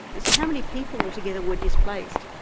so how many people altogether were displaced?